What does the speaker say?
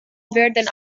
werden